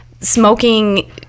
smoking